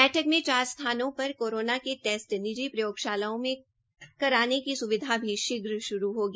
बैठक में चार स्थानों पर कोरोना के टेस्ट निजी प्रयोगशालाओं में कराने की स्विधा भी शीघ्र श्रू होगी